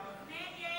הצעת